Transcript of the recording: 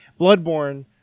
Bloodborne